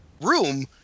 room